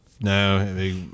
No